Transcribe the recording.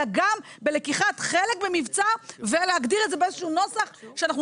אלא גם בלקיחת חלק במבצע ולהגדיר את זה באיזה שהוא נוסח שאנחנו